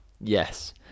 Yes